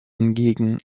hingegen